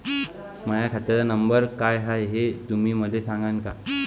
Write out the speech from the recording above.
माह्या खात्याचा नंबर काय हाय हे तुम्ही मले सागांन का?